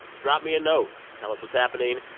drop me a note. tell us what's happening,